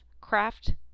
craft